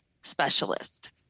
specialist